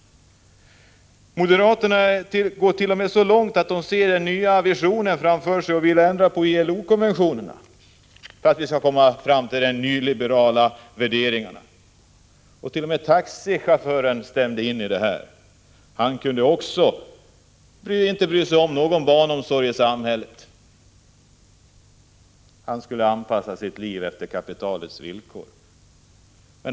Moderaterna går t.o.m. så långt att de vill ändra ILO-konventionerna för att man skall komma i takt med de nyliberala värderingarna. T.o.m. taxichauffören stämde in i detta. Han behövde inte bry sig om någon barnomsorg i samhället. Han skulle anpassa sitt liv efter kapitalets villkor.